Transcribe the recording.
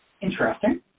Interesting